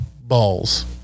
balls